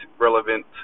relevant